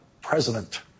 president